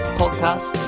podcast